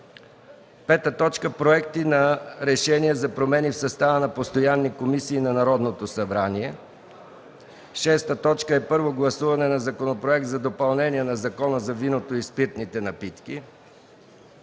помощ. 5. Проекти на решения за промени в състава на постоянни комисии на Народното събрание. 6. Първо гласуване на Законопроект за допълнение на Закона за виното и спиртните напитки.